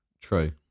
True